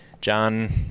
John